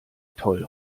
toll